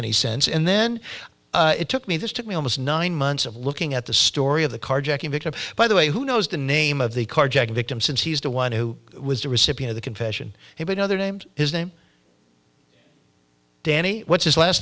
any sense and then it took me this took me almost nine months of looking at the story of the carjacking victim by the way who knows the name of the carjacking victim since he's the one who was the recipient the confession he would know their names his name danny what's his last